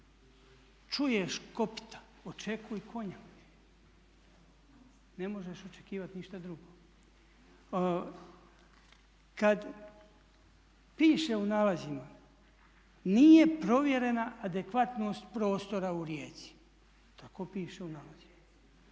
čuješ kopita očekuj konja, ne možeš očekivati ništa drugo. Kad piše u nazivima nije provjerena adekvatnost prostora u Rijeci, tako piše u nalazima,